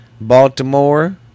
Baltimore